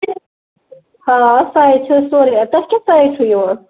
آ سایز چھُ سورُے اَتہِ تۄہہِ کیٛاہ سایز چھُو یوان